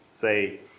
say